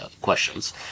questions